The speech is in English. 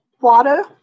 water